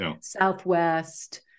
southwest